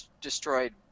destroyed